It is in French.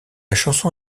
chanson